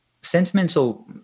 Sentimental